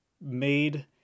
made